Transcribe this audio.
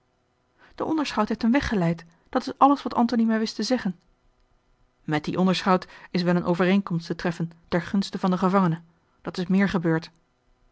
de onderschout heeft hem weggeleid dat is alles wat antony mij wist te zeggen met dien onderschout is wel eene overeenkomst te treffen ter gunste van den gevangene dat is meer gebeurd